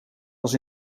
als